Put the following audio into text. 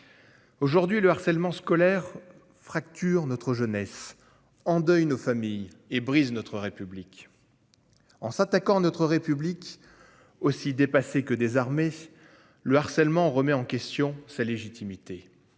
Aujourd'hui le harcèlement scolaire fracture notre jeunesse en deuil nos familles et brise notre République. En s'attaquant notre République. Aussi dépassée que désarmer le harcèlement remet en question sa légitimité.